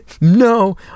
no